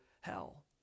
hell